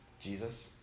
Jesus